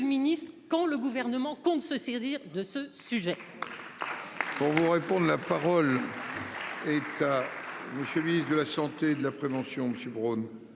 Ministre quand le gouvernement compte se saisir de ce sujet.